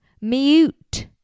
Mute